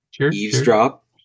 eavesdrop